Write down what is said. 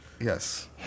Yes